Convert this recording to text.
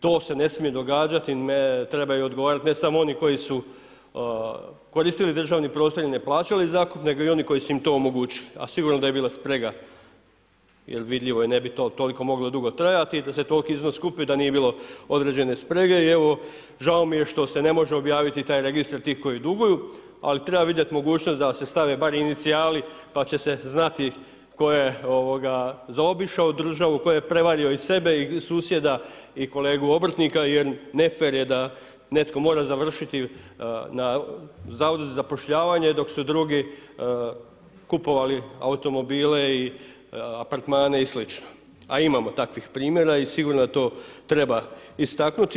To se ne smije događati, trebaju odgovarati, ne samo oni koji su koristili državni prostor i ne plaćali zakup, nego i oni koji su im to omogućili, a sigurno da je bila sprega, jer vidljivo je, ne bi to toliko moglo dugo trajati da se toliki iznos skupi da nije bilo određene sprege i evo žao mi je što se ne može objaviti taj registar tih koji duguju, ali treba vidjet mogućnost da se stave bar inicijali pa će se znati tko je zaobišao državu, tko je prevario i sebe i susjeda i kolegu obrtnika jer ne fer je da netko mora završiti na Zavodu za zapošljavanje, dok su drugi kupovali automobile i apartmane i slično, a imamo takvih primjera i sigurno to treba istaknuti.